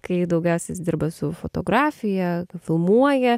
kai daugiausia jis dirba su fotografija filmuoja